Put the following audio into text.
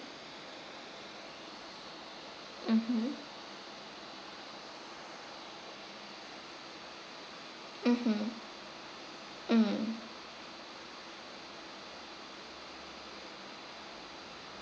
mmhmm mmhmm mm